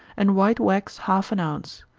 and white wax half an ounce.